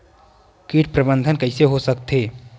कीट प्रबंधन कइसे हो सकथे?